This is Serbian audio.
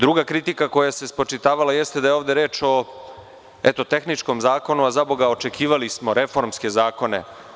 Druga kritika, koja se spočitavala, jeste da je ovde reč o tehničkom zakonu, a zaboga očekivali smo reformske zakone.